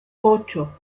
ocho